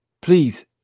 please